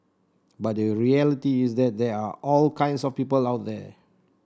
but the reality is that there are all kinds of people out there